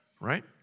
right